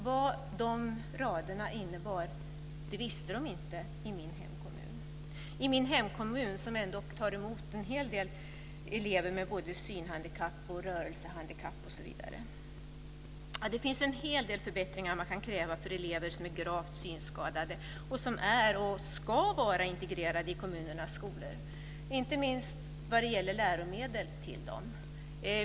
Vad dessa rader innebar visste de inte i min hemkommun, som ändock tar emot en hel del elever med synhandikapp, rörelsehandikapp osv. Ja, det finns en hel del förbättringar som man kan kräva för elever som är gravt synskadade och som är och ska vara integrerade i kommunernas skolor, inte minst vad gäller läromedel till dem.